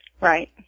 Right